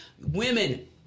Women